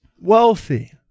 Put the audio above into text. wealthy